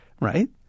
Right